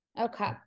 Okay